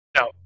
No